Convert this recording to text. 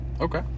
Okay